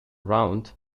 round